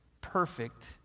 perfect